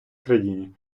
країні